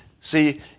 See